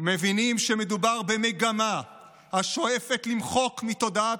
מבינים שמדובר במגמה השואפת למחוק מתודעת